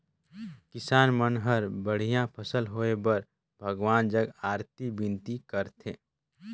किसान मन हर बड़िया फसल होए बर भगवान जग अरती बिनती करथे